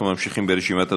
אנחנו ממשיכים ברשימת הדוברים: